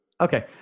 Okay